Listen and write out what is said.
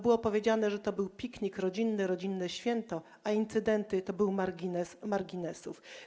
Było powiedziane, że to był piknik rodzinny, rodzinne święto, a incydenty to był margines marginesów.